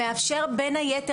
שמאפשר בין היתר,